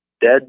dead